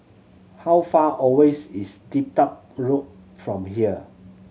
how far away is Dedap Road from here